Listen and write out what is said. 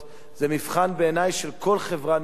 בעיני זה מבחן של כל חברה נאורה.